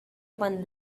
one